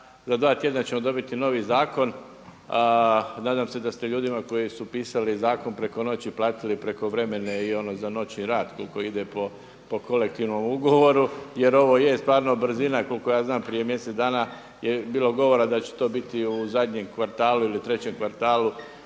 za dva tjedna ćemo dobiti novi zakon, nadam ste da ste ljudima koji su pisali zakon preko noći platili prekovremene i ono za noćni rad koliko ide po kolektivnom ugovoru jer ovo je stvarno brzina. Koliko ja znam prije mjesec dana je bilo govora da će to biti u zadnjem kvartalu ili trećem kvartalu